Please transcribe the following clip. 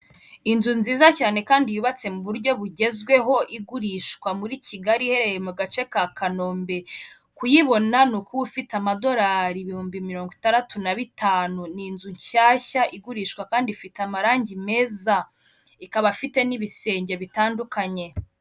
Inzu nziza cyane kandi yubatse mu buryo bugezweho igurishwa muri kigali iherereye mu gace ka kanombe kuyibona ni ukuba ufite amadorari ibihumbi mirongo itandatu na bitanu ni inzu nshyashya igurishwa kandi ifite amarangi meza ikaba ifite n'ibisenge bitandukanye.